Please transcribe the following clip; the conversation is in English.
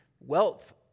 wealth